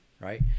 right